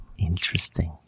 Interesting